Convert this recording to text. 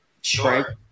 Sure